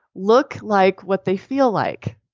look like what they feel like.